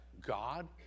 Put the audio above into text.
God